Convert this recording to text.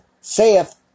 saith